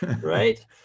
right